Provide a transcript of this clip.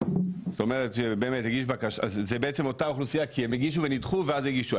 זאת אומרת זה בעצם אותה אוכלוסייה כי הם הגישו ונדחו ואז הגישו,